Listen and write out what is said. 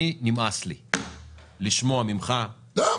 נמאס לי לשמוע ממך -- למה?